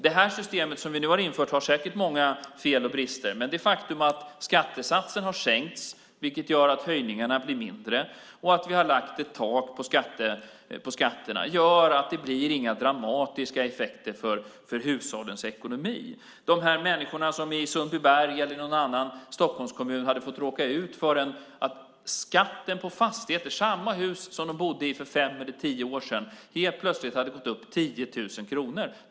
Det system som vi nu har infört har säkert många fel och brister, men det faktum att skattesatsen har sänkts, vilket gör att höjningarna blir mindre, och att vi har lagt ett tak på skatterna, gör att det inte blir några dramatiska effekter för hushållens ekonomi. Människorna i Sundbyberg eller i någon annan Stockholmskommun hade råkat ut för att skatten på fastigheten hade höjts. Skatten för samma hus som de bodde i för fem eller tio år sedan hade helt plötsligt gått upp 10 000 kronor.